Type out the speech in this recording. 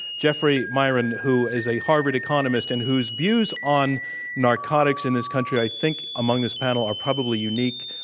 jeffrey miron who is a harvard economist and whose views on narcotics in this country i think among this panel are probably unique.